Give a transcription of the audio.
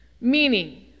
meaning